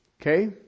okay